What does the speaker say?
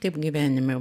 taip gyvenime